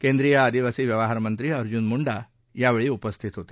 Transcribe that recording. केंद्रीय आदिवासी व्यवहारमंत्री अर्जुन मुंडा यावेळी उपस्थित होते